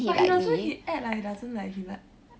but he doesn't like he act like he doesn't like he like